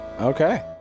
Okay